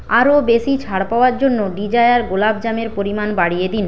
আরও বেশি ছাড় পাওয়ার জন্য ডিজায়ার গোলাপ জামের পরিমাণ বাড়িয়ে দিন